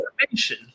information